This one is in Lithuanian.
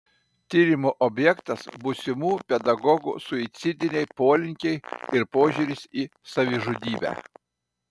tyrimo objektas būsimų pedagogų suicidiniai polinkiai ir požiūris į savižudybę